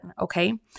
okay